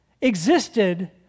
existed